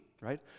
right